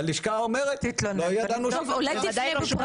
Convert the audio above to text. והלשכה אומרת לא ידענו --- אולי תפנה --- אף פעם לא